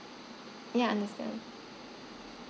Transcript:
yeah understand